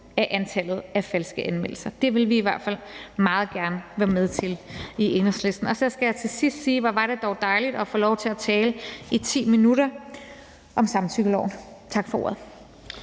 af antallet af falske anmeldelser. Det vil vi i hvert fald meget gerne været med til i Enhedslisten. Så skal jeg til sidst sige, at hvor var det dog dejligt at få lov til at tale i 10 minutter om samtykkeloven. Tak for ordet.